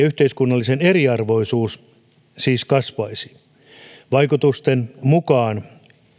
yhteiskunnallinen eriarvoisuus siis kasvaisi vaikutusten mukaan